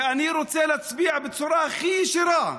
ואני רוצה להצביע בצורה הכי ישירה: